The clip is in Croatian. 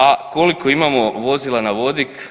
A koliko imamo vozila na vodik?